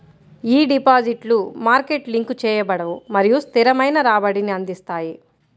ఈ డిపాజిట్లు market link చేయబడవు మరియు స్థిరమైన రాబడిని అందిస్తాయి